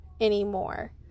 anymore